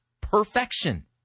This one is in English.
Perfection